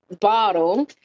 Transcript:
bottle